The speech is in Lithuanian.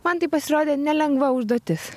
man tai pasirodė nelengva užduotis